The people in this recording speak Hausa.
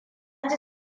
ji